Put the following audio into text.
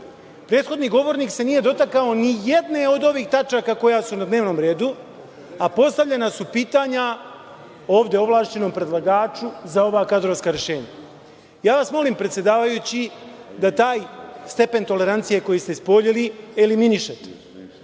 itd. Prethodni govornik se nije dotakao ni jedne od ovih tačaka koje su na dnevnom redu, a postavljena su pitanja ovde ovlašćenom predlagaču za ova kadrovska rešenja. Ja vas molim, predsedavajući, da taj stepen tolerancije koji ste ispoljili eliminišete,